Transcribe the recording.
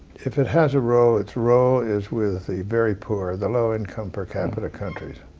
if it has a role, its role is with the very poor, the low income per capita countries.